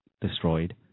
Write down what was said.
destroyed